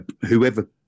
whoever